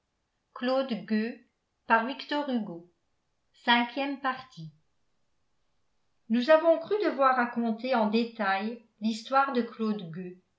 nous avons cru devoir raconter en détail l'histoire de claude